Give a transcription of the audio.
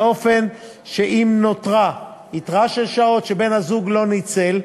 באופן שאם נותרה יתרה של שעות שבן-הזוג לא ניצל,